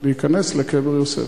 להיכנס לקבר יוסף?